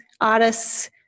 artists